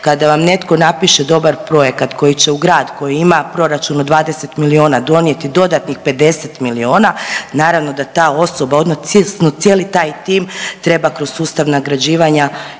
Kada vam netko napiše dobra projekat koji će u grad koji ima proračun od 20 milijuna donijeti dodatnih 50 miliona naravno da ta osoba odnosno cijeli taj tim treba kroz sustav nagrađivanja